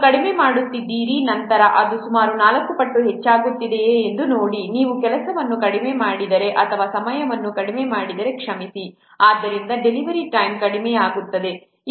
ನೀವು ಕಡಿಮೆ ಮಾಡುತ್ತಿದ್ದೀರಾ ನಂತರ ಅದು ಸುಮಾರು 4 ಪಟ್ಟು ಹೆಚ್ಚಾಗುತ್ತಿದೆಯೇ ಎಂದು ನೋಡಿ ನೀವು ಕೆಲಸವನ್ನು ಕಡಿಮೆ ಮಾಡಿದರೆ ಅಥವಾ ಸಮಯವನ್ನು ಕಡಿಮೆ ಮಾಡಿದರೆ ಕ್ಷಮಿಸಿ ಆದ್ದರಿಂದ ಡೆಲಿವರಿ ಟೈಮ್ ಕಡಿಮೆ ಆಗುತ್ತದೆ